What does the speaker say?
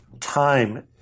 time